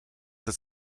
das